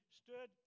stood